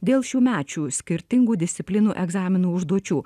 dėl šiųmečių skirtingų disciplinų egzaminų užduočių